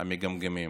מגמגמים